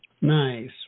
Nice